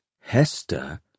Hester